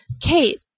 Kate